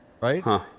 right